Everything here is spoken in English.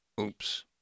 Oops